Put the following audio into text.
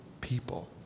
people